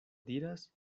diras